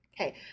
Okay